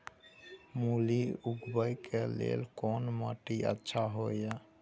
मूली उगाबै के लेल कोन माटी अच्छा होय है?